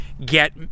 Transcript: get